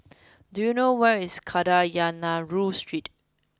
do you know where is Kadayanallur Street